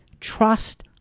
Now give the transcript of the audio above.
Trust